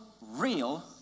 real